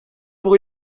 pour